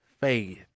faith